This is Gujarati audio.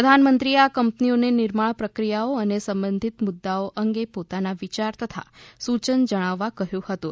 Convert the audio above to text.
પ્રધાનમંત્રીએ આ કંપનીઓને નિર્માણ પ્રક્રિયાઓ અને સંબંધિત મુદ્દાઓ અંગે પોતાના વિયાર તથા સૂચન જણાવવા કહ્યું હતું